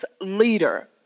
leader